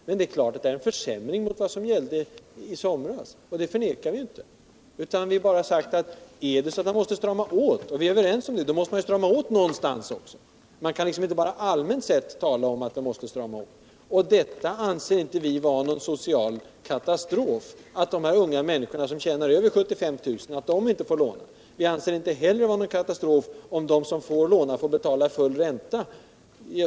Men det är klart att det är en försämring mot vad som gällde i somras, och det förnekar vi inte. Vi har bara sagt: Om man måste strama åt och vi är överens om det, då måste man strama åt någonstans också. Man kan inte bara allmänt tala om att man skall göra det. Vi anser det inte vara någon social katastrof att de här unga människorna som tjänar över 75 000 kr. inte får lån. Vi anser det inte heller vara någon katastrof om de som får låna får betala full ränta.